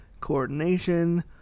coordination